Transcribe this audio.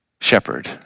shepherd